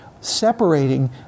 separating